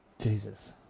Jesus